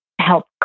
help